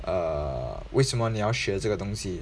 err 为什么你要学这个东西